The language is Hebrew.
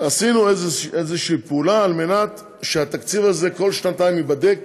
עשינו איזושהי פעולה על מנת שהתקציב הזה כל שנתיים ייבדק,